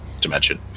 dimension